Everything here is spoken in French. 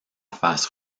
face